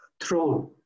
throne